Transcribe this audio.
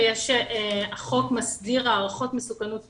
החוק מסדיר הערכות מסוכנות מינית,